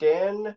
Dan